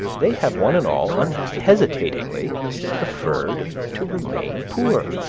they have one and all unhesitatingly preferred to remain poor.